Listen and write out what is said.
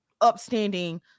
upstanding